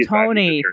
Tony